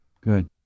Good